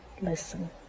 listen